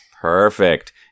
Perfect